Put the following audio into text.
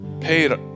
paid